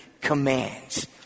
commands